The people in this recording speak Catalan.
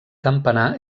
campanar